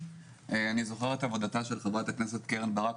אני זוכר את עבודתה של חברת הכנסת קרן ברק,